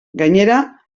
gainera